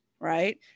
right